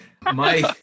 Mike